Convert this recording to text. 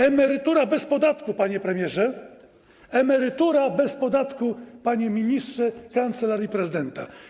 Emerytura bez podatku, panie premierze, emerytura bez podatku, panie ministrze Kancelarii Prezydenta.